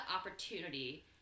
opportunity